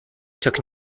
took